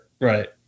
Right